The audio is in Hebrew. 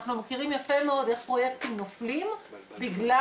אנחנו מכירים יפה מאוד איך פרויקטים נופלים בגלל